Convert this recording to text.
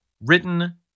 written